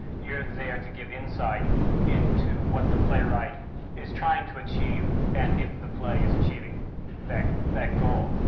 you're there to give insight into what the playwright is trying to achieve and if the play is achieving that that goal.